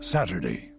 Saturday